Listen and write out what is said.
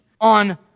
on